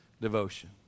devotion